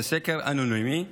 זה סקר אנונימי,